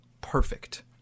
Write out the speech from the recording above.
Perfect